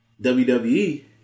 WWE